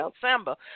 December